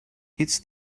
it’s